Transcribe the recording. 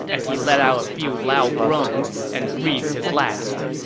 as he let out a few loud groans and breathed his last.